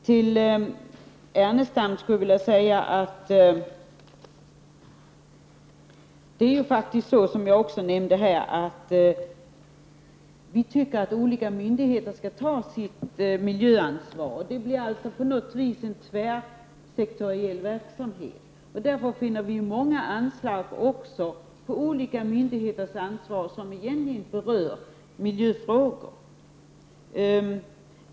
Till Lars Ernestam skulle jag vilja säga att det faktiskt är så som jag nämnde tidigare att vi tycker att olika myndigheter skall ta sitt miljöansvar. Det blir på något sätt en tvärsektoriell verksamhet. Här finner vi många anslag till olika myndigheter, anslag som egentligen inte berör miljöfrågor.